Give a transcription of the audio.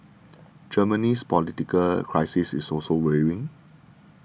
Germany's political crisis is also weighing